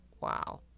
Wow